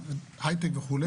הייטק וכו',